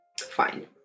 Fine